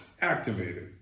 activated